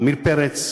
עמיר פרץ,